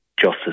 justice